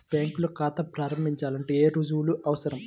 బ్యాంకులో ఖాతా ప్రారంభించాలంటే ఏ రుజువులు అవసరం?